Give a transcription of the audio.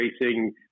racing